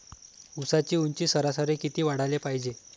ऊसाची ऊंची सरासरी किती वाढाले पायजे?